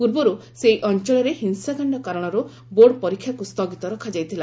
ପୂର୍ବରୁ ସେହି ଅଞ୍ଚଳରେ ହିଂସାକାଣ୍ଡ କାରଣରୁ ବୋର୍ଡ଼ ପରୀକ୍ଷାକୁ ସ୍ଥଗିତ ରଖାଯାଇଥିଲା